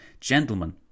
Gentlemen